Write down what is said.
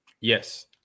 Yes